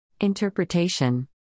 Interpretation